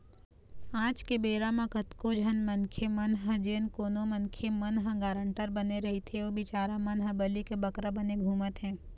आज के बेरा म कतको झन मनखे मन ह जेन कोनो मनखे मन ह गारंटर बने रहिथे ओ बिचारा मन ह बली के बकरा बने घूमत हें